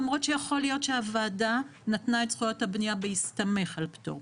למרות שיכול להיות שהוועדה נתנה את זכויות הבנייה בהסתמך על פטור.